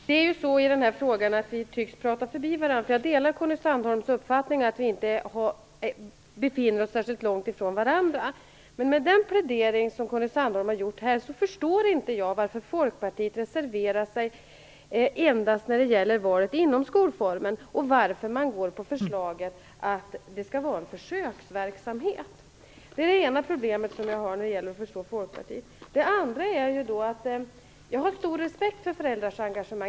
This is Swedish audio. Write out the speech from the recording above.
Fru talman! Vi tycks prata förbi varandra i den här frågan. Jag delar Conny Sandholms uppfattning att vi inte befinner oss särskilt långt ifrån varandra. Men med den plädering som Conny Sandholm har gjort här förstår jag inte varför Folkpartiet reserverat sig endast när det gäller valet inom skolformen och varför man stöder förslaget att det skall vara en försöksverksamhet. Det är det ena problemet jag har när det gäller att förstå Folkpartiet. Det andra är följande. Jag har stor respekt för föräldrars engagemang.